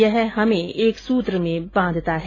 यह हमें एक सूत्र में बांधता है